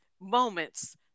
moments